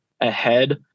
ahead